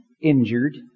injured